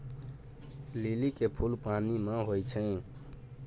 लिली के फुल पानि मे होई छै